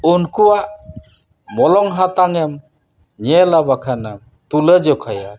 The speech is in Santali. ᱩᱱᱠᱩᱣᱟᱜ ᱢᱚᱞᱚᱝ ᱦᱟᱛᱟᱝ ᱮᱢ ᱧᱮᱞᱟ ᱵᱟᱠᱷᱟᱱ ᱛᱩᱞᱟᱹ ᱡᱚᱠᱷᱟᱭᱟ